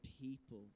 people